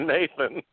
Nathan